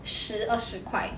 十二十块